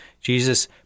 Jesus